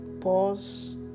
Pause